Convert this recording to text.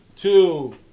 two